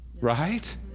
Right